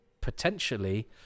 potentially